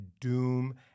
doom